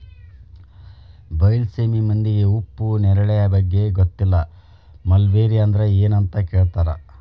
ಬೈಲಸೇಮಿ ಮಂದಿಗೆ ಉಪ್ಪು ನೇರಳೆ ಬಗ್ಗೆ ಗೊತ್ತಿಲ್ಲ ಮಲ್ಬೆರಿ ಅಂದ್ರ ಎನ್ ಅಂತ ಕೇಳತಾರ